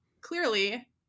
clearly